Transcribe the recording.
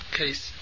case